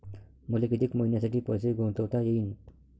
मले कितीक मईन्यासाठी पैसे गुंतवता येईन?